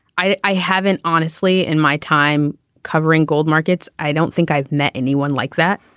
i i haven't honestly in my time covering gold markets. i don't think i've met anyone like that